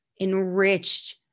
enriched